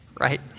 right